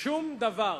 שום דבר,